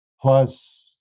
plus